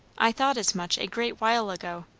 i thought as much a great while ago.